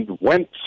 went